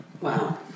Wow